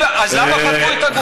אז למה חטפו את הגופה?